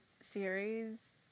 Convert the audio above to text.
series